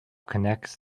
connects